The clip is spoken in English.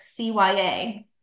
CYA